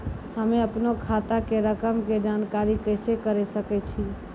हम्मे अपनो खाता के रकम के जानकारी कैसे करे सकय छियै?